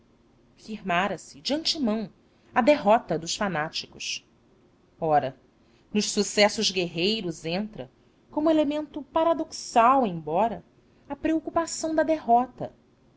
esperanças firmara se de antemão a derrota dos fanáticos ora nos sucessos guerreiros entra como elemento paradoxal embora a preocupação da derrota